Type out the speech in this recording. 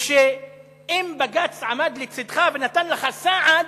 ושאם בג"ץ עמד לצדך ונתן לך סעד,